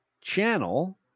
channel